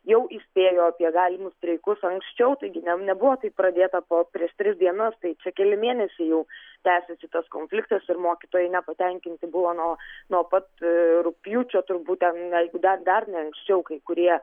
jau įspėjo apie galimus streikus anksčiau taigi ne nebuvo tai pradėta po prieš tris dienas tai čia keli mėnesiai jau tęsiasi tas konfliktas ir mokytojai nepatenkinti buvo nuo nuo pat rugpjūčio turbūt ten jeigu dar dar ne anksčiau kai kurie